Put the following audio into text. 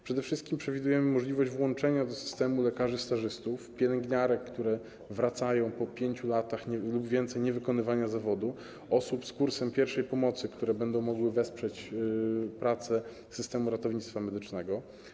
Przede wszystkim przewidujemy możliwość włączenia do systemu lekarzy stażystów, pielęgniarek, które wracają po 5 latach lub więcej niewykonywania zawodu, osób z kursem pierwszej pomocy, które będą mogły wesprzeć pracę systemu ratownictwa medycznego.